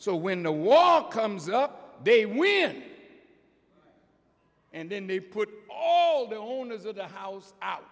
so when a war comes up they win and then they put all the owners of the house out